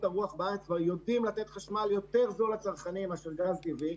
הרוח יודעים לתת חשמל יותר זול לצרכנים מאשר גז טבעי,